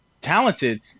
talented